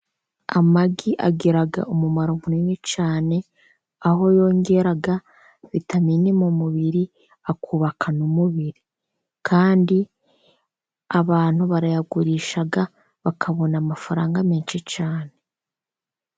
Amagi agira umumaro munini cyane aho yongera vitamini mu mubiri akubaka n'umubiri, kandi abantu barayagurisha bakabona amafaranga menshi cyane.